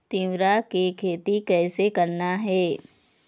तिऊरा के खेती कइसे करना हे?